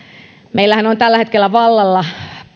meillähän on tällä hetkellä vallalla